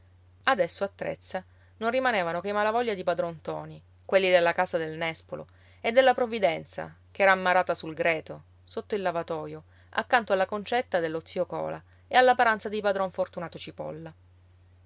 adesso a trezza non rimanevano che i malavoglia di padron ntoni quelli della casa del nespolo e della provvidenza ch'era ammarrata sul greto sotto il lavatoio accanto alla concetta dello zio cola e alla paranza di padron fortunato cipolla